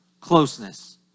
closeness